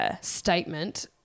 statement